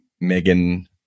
Megan